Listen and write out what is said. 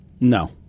No